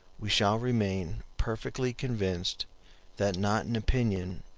we shall remain perfectly convinced that not an opinion,